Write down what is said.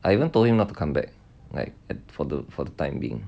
I even told him not to come back for the time being